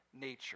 nature